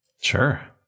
Sure